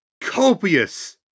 copious